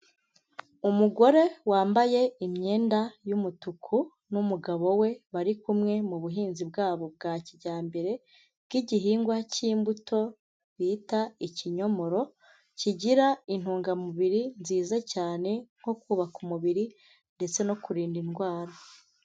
Umugore wambaye imyenda y'umutuku n'umugabo we bari kumwe mu buhinzi bwabo bwa kijyambere bw'igihingwa cy'imbuto bita ikinyomoro, kigira intungamubiri nziza cyane nko kubaka umubiri ndetse no kurinda indwara.